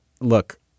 look